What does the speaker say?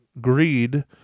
greed